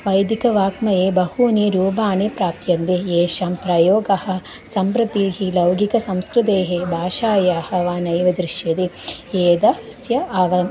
वैदिकवाङ्मये बहूनि रूपाणि प्राप्यन्ते येषां प्रयोगः सम्प्रति लौकिकसंस्कृतेः भाषायाः वा नैव दृश्यते एतदस्य अव